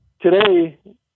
today